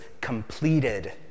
completed